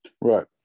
Right